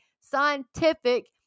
scientific